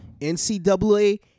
NCAA